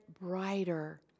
brighter